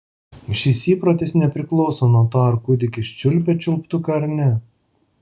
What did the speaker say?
šis įprotis nepriklauso nuo to ar kūdikis čiulpia čiulptuką ar ne